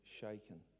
shaken